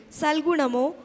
salgunamo